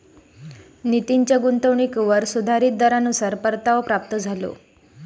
नितीनच्या गुंतवणुकीवर सुधारीत दरानुसार परतावो प्राप्त झालो